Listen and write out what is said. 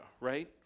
right